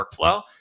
workflow